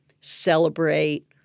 celebrate